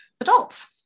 adults